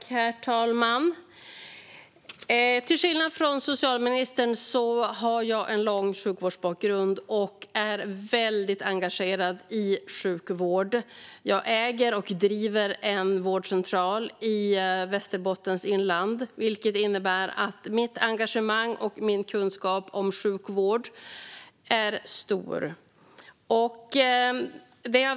Herr talman! Till skillnad från socialministern har jag en lång sjukvårdsbakgrund och är väldigt engagerad i sjukvård. Jag äger och driver en vårdcentral i Västerbottens inland, vilket innebär ett stort engagemang och en stor kunskap om sjukvård.